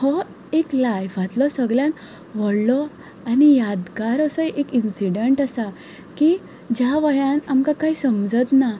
हो एक लायफांतलो सगल्यांत व्हडलो आनी यादगार असो एक इन्सिडंट आसा की ज्या वयार आमकां कांय समजच ना